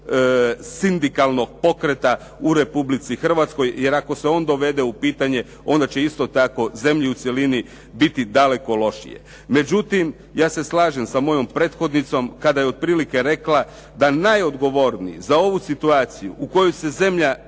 sindikalnog pokreta u Republici Hrvatskoj, jer ako se on dovede u pitanje onda će isto tako zemlje u cjelini biti daleko lošije. Međutim, ja se slažem sa mojom prethodnicom kada je otprilike rekla da najodgovorniji za ovu situaciju u kojoj se zemlja